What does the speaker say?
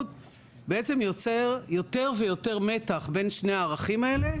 בעצם יוצר יותר ויותר מתח בין שני הערכים האלה,